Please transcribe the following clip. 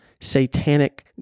satanic